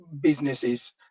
businesses